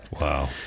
Wow